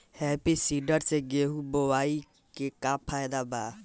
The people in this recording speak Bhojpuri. हैप्पी सीडर से गेहूं बोआई के का फायदा बा?